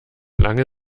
lange